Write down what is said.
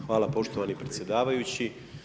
Hvala poštovani predsjedavajući.